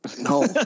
no